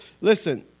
listen